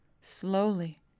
slowly